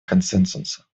консенсуса